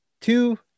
two